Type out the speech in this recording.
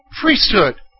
priesthood